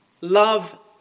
love